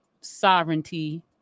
sovereignty